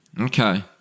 Okay